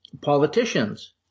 politicians